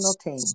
team